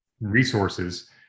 resources